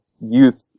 youth